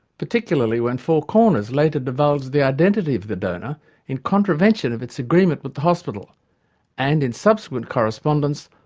particularly when four corners later divulged the identity of the donor in contravention of its agreement with the hospital and, in subsequent correspondence,